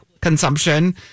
consumption